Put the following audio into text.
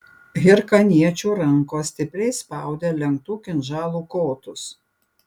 hirkaniečių rankos stipriai spaudė lenktų kinžalų kotus